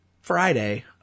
Friday